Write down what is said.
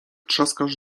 trzaskasz